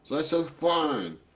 i said, fine.